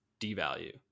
devalue